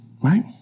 right